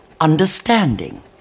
understanding